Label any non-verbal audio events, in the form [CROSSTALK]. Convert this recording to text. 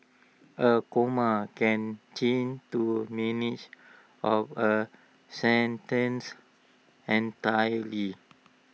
A comma can change to [UNINTELLIGIBLE] of A sentence entirely